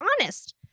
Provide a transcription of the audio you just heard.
honest